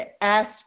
ask